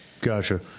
Gotcha